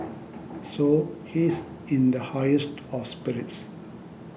so he's in the highest of spirits